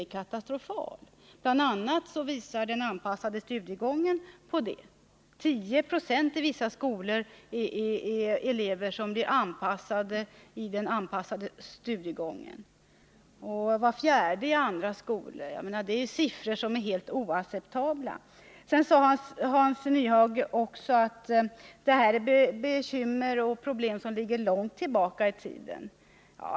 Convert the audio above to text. Det visar bl.a. den anpassade studiegången. På vissa skolor hänvisas 10 90 av eleverna till anpassad studiegång. På andra skolor är det ända upp till var fjärde elev. Dessa siffror är helt oacceptabla. Hans Nyhage sade också att det här är bekymmer som ligger långt tillbaka i tiden.